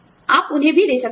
आप उन्हें भी दे सकते हैं